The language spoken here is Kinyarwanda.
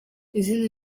izindi